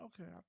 Okay